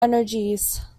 energies